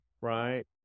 right